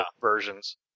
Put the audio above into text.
versions